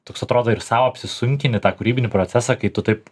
toks atrodo ir sau apsisunkini tą kūrybinį procesą kai tu taip